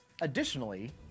Additionally